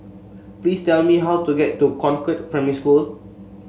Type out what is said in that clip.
please tell me how to get to Concord Primary School